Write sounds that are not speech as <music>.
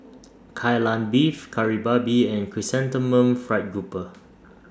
Kai Lan Beef Kari Babi and Chrysanthemum Fried Grouper <noise>